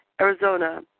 Arizona